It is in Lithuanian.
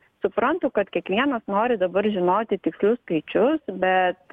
suprantu kad kiekvienas nori dabar žinoti tikslius skaičius bet